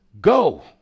Go